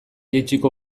jaitsiko